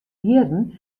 jierren